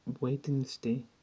Wednesday